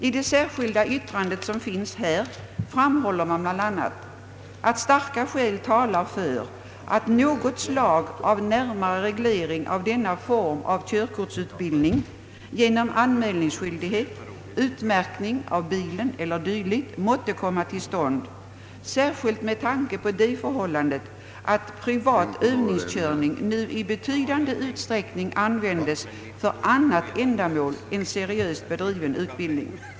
I det särskilda yttrandet till utskottets utlåtande framhåller man bl.a. att starka skäl talar för att något slag av närmare reglering av denna form av körkortsutbildning genom anmälningsskyldighet, utmärkning av bilen eller dylikt måtte komma till stånd, särskilt med tanke på det förhållandet att privat övningskörning nu i betydande utsträckning användes för annat ändamål en seriöst bedriven utbildning.